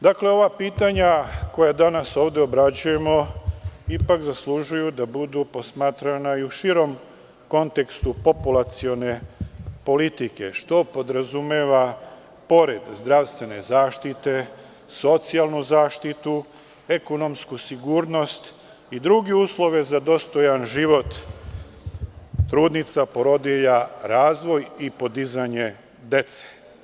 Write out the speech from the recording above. Dakle, ova pitanja koja danas ovde obrađujemo ipak zaslužuju da budu posmatrana i u širem kontekstu populacione politike, što podrazumeva, pored zdravstvene zaštite, socijalnu zaštitu, ekonomsku sigurnost i druge uslove za dostojan život trudnica, porodilja, razvoj i podizanje dece.